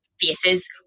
faces